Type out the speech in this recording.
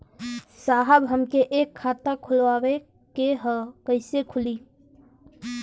साहब हमके एक खाता खोलवावे के ह कईसे खुली?